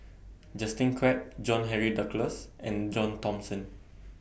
Justin Quek John Henry Duclos and John Thomson